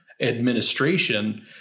administration